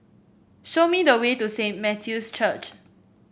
show me the way to Saint Matthew's Church